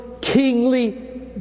kingly